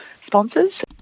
sponsors